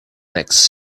next